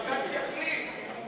שבג"ץ יחליט.